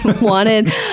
Wanted